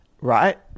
right